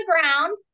ground